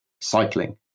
cycling